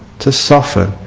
to soften